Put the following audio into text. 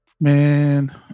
Man